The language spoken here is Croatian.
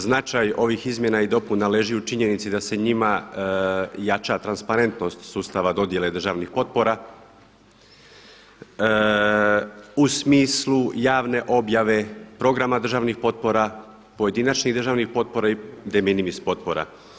Značaj ovih izmjena i dopuna leži u činjenici da se njima jača transparentnost sustava dodjele državnih potpora u smislu javne objave programa državnih potpora, pojedinačnih državnih potpora i de minimis potpora.